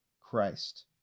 Christ